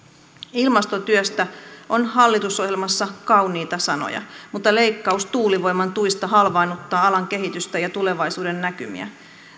ilmastotyöstä on hallitusohjelmassa kauniita sanoja mutta leikkaus tuulivoiman tuista halvaannuttaa alan kehitystä ja tulevaisuudennäkymiä